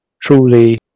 truly